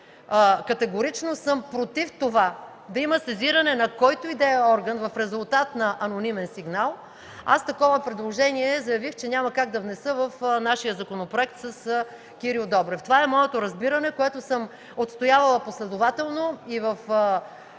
категорично против това да има сезиране на който и да е орган в резултат на анонимен сигнал, такова предложение заявих, че няма как да внеса нашия законопроект с Кирил Добрев. Това е моето разбиране, което съм отстоявала последователно и в